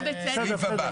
סעיף הבא.